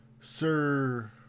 Sir